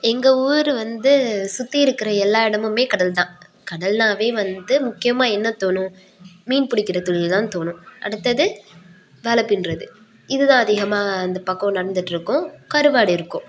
எங்கள் ஊர் வந்து சுற்றி இருக்கிற எல்லா இடமுமே கடல் தான் கடல்னாவே வந்து முக்கியமாக என்ன தோணும் மீன் பிடிக்கிற தொழில் தான் தோணும் அடுத்தது வலை பின்னுறது இது தான் அதிகமாக இந்த பக்கம் நடந்துகிட்டு இருக்கும் கருவாடு இருக்கும்